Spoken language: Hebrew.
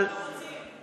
אנחנו דווקא רוצים.